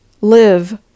live